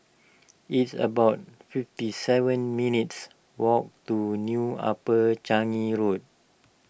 it's about fifty seven minutes' walk to New Upper Changi Road